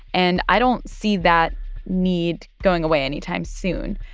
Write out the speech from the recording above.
and i don't see that need going away anytime soon.